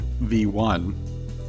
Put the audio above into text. V1